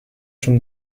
from